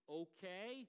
okay